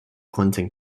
clinton